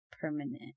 permanent